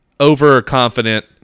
overconfident